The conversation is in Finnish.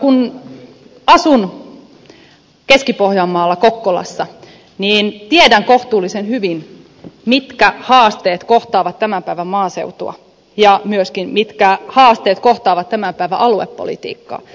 koska asun keski pohjanmaalla kokkolassa tiedän kohtuullisen hyvin mitkä haasteet kohtaavat tämän päivän maaseutua ja myös sen mitkä haasteet kohtaavat tämän päivän aluepolitiikkaa